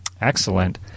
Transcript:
Excellent